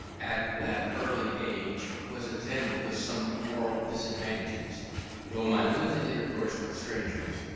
at that early age, was attended with some moral disadvantages though my limited intercourse with strangers,